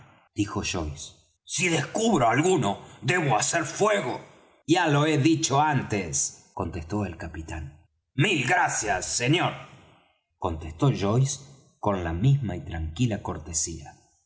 dijo joyce si descubro á alguno debo hacer fuego ya lo he dicho antes contestó el capitán mil gracias señor contestó joyce con la misma y tranquila cortesía